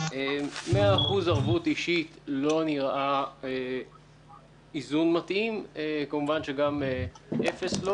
100% ערבות אישית לא נראה איזון מתאים וכמובן שגם לא אפס.